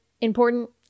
important